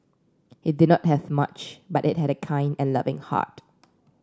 he did not have much but he had a kind and loving heart